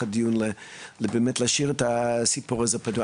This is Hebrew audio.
הדיו על מנת שבאמת נוכל להשאיר את הסיפור הזה פתוח.